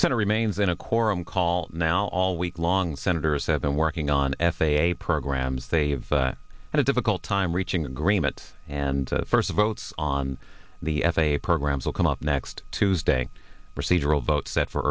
center remains in a quorum call now all week long senators have been working on f a a programs they have had a difficult time reaching agreement and first votes on the f a a programs will come up next tuesday procedural vote set for